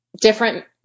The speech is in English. different